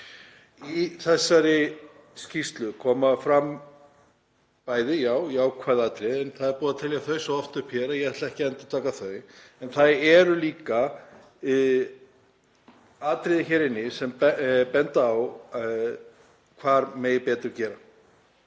Í þessari skýrslu koma fram bæði, já, jákvæð atriði, en það er búið að telja þau svo oft upp hér að ég ætla ekki að endurtaka þau, en það eru líka atriði hér inni sem benda á hvað megi betur gera.